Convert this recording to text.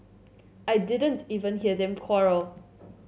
I didn't even hear them quarrel